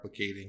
replicating